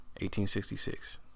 1866